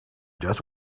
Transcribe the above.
just